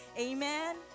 Amen